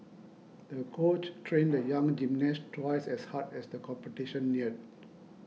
the coach trained the young gymnast twice as hard as the competition neared